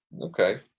Okay